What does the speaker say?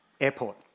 Airport